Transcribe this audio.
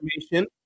information